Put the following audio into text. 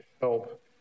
help